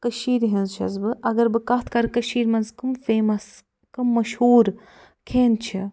کٔشیٖرِ ہٕنٛز چھَس بہٕ اگر بہٕ کَتھ کرٕ کٔشیٖرِ منٛز کٕم فیٚمس کٕم مشہوٗر کھٮ۪ن چھِ